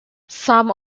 some